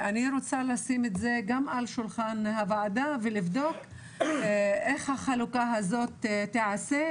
אני רוצה לשים את זה גם על שולחן הוועדה ולבדוק איך החלוקה הזאת תיעשה,